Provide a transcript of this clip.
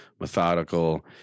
methodical